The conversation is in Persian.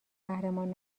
قهرمان